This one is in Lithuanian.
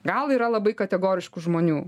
gal yra labai kategoriškų žmonių